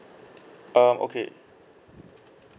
um okay